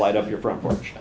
light up your front porch